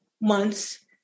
months